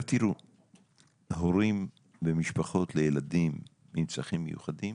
הורים למשפחות לילדים עם צרכים מיוחדים